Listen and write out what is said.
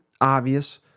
obvious